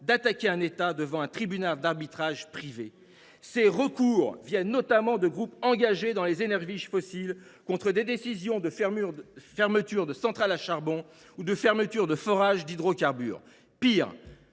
d’attaquer un État devant un tribunal d’arbitrage privé. Ces recours viennent notamment de groupes engagés dans les énergies fossiles, contre des décisions de fermeture de centrales à charbon ou de fermeture de forages d’hydrocarbures.